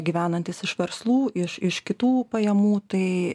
gyvenantis iš verslų iš iš kitų pajamų tai